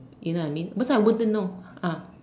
you know I mean what's I wouldn't know ah